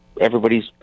everybody's